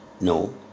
No